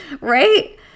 right